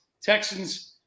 Texans